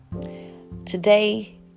Today